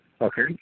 okay